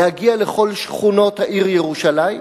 להגיע לכל שכונות העיר ירושלים?